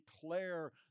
declare